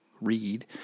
read